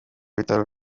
bitaro